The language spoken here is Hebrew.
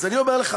אז אני אומר לך,